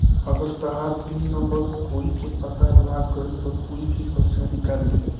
अगर तहार pin number कोई के पता लाग गइल त कोई भी पइसा निकाल ली